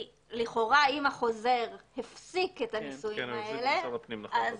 כי לכאורה אם החוזר הפסיק את הנישואים האלה אז